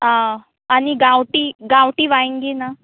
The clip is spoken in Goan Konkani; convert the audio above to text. आं आनी गांवटी गांवटी वांयगीं ना